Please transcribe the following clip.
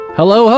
hello